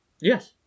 Yes